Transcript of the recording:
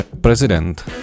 President